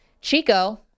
Chico